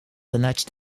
alleged